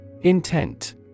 Intent